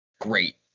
great